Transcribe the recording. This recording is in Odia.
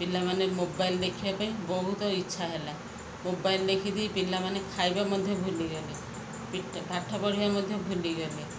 ପିଲାମାନେ ମୋବାଇଲ୍ ଦେଖିବା ପାଇଁ ବହୁତ ଇଚ୍ଛା ହେଲା ମୋବାଇଲ୍ ଦେଖିକି ପିଲାମାନେ ଖାଇବା ମଧ୍ୟ ଭୁଲିଗଲେ ପାଠ ପଢ଼ିବା ମଧ୍ୟ ଭୁଲିଗଲେ